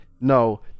No